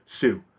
sue